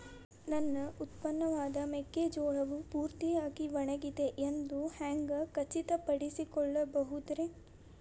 ನನ್ನ ಉತ್ಪನ್ನವಾದ ಮೆಕ್ಕೆಜೋಳವು ಪೂರ್ತಿಯಾಗಿ ಒಣಗಿದೆ ಎಂದು ಹ್ಯಾಂಗ ಖಚಿತ ಪಡಿಸಿಕೊಳ್ಳಬಹುದರೇ?